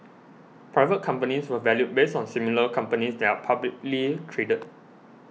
private companies were valued based on similar companies that are publicly traded